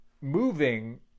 moving